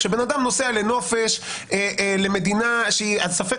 כשאדם נוסע לנופש למדינה שהיא ספק